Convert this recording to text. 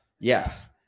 Yes